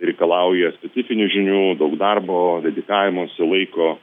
reikalauja specifinių žinių daug darbo dedikavimosi laiko